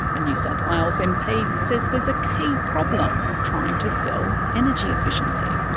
a new south wales mp says there's a key problem trying to sell energy efficiency.